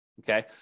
Okay